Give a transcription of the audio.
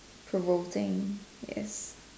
provoking yes